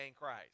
Christ